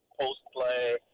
post-play